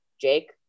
Jake